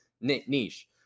niche